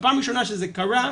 בפעם ראשונה שזה קרה,